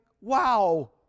wow